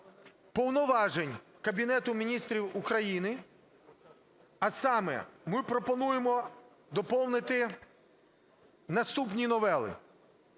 повноважень Кабінету Міністрів України. А саме ми пропонуємо доповнити наступні новели.